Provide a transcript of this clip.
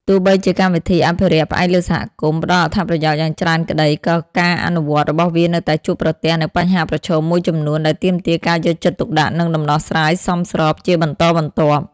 ទោះបីជាកម្មវិធីអភិរក្សផ្អែកលើសហគមន៍ ផ្ដល់អត្ថប្រយោជន៍យ៉ាងច្រើនក្ដី ក៏ការអនុវត្តរបស់វានៅតែជួបប្រទះនូវបញ្ហាប្រឈមមួយចំនួន ដែលទាមទារការយកចិត្តទុកដាក់ និងដំណោះស្រាយសមស្របជាបន្តបន្ទាប់។